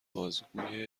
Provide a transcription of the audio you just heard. بازگویه